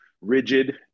rigid